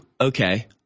Okay